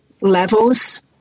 levels